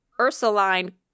Ursuline